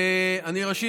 ראשית,